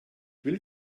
will